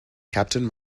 captain